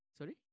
Sorry